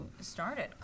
started